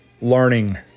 learning